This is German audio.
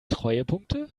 treuepunkte